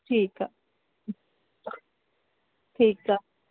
ठीकु आहे ठीकु आहे